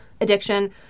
addiction